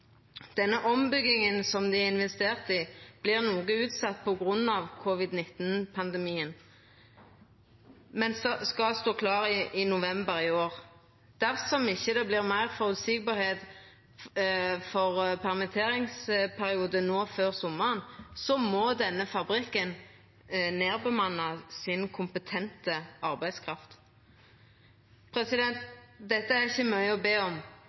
ombygginga som dei investerte i, vert noko utsett på grunn av covid-19-pandemien, men skal stå klar i november i år. Dersom det ikkje vert meir føreseieleg for permitteringsperiode før sommaren, må denne fabrikken nedbemanna si kompetente arbeidskraft. Dette er ikkje mykje å be om.